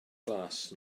glas